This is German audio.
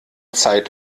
zeit